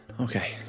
Okay